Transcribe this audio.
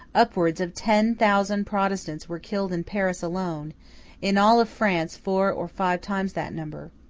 upwards of ten thousand protestants were killed in paris alone in all france four or five times that number.